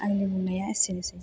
आंनि बुंनाया एसेनोसै